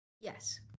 Yes